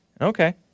Okay